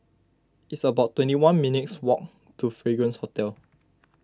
it's about twenty one minutes' walk to Fragrance Hotel